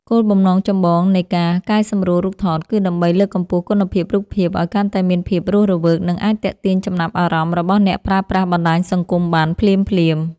គោលបំណងចម្បងនៃការកែសម្រួលរូបថតគឺដើម្បីលើកកម្ពស់គុណភាពរូបភាពឱ្យកាន់តែមានភាពរស់រវើក និងអាចទាក់ទាញចំណាប់អារម្មណ៍របស់អ្នកប្រើប្រាស់បណ្តាញសង្គមបានភ្លាមៗ។